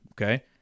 Okay